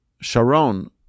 Sharon